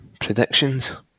predictions